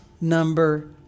number